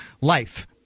life